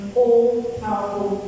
all-powerful